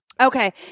Okay